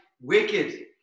wicked